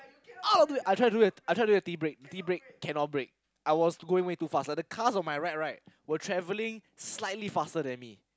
out of the way I tried to do the I tried to the T brake T brake cannot brake I was going way too fast like the cars on my right right were travelling slightly faster than me